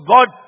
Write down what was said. God